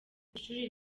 ishuri